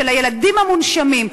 של הילדים המונשמים,